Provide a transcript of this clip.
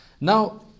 Now